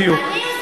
בדיוק.